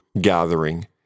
gathering